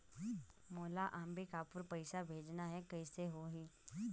मोला अम्बिकापुर पइसा भेजना है, कइसे होही?